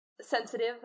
sensitive